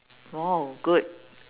!wow! good